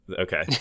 okay